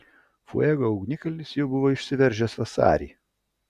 fuego ugnikalnis jau buvo išsiveržęs vasarį